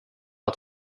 att